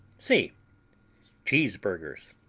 c cheeseburgers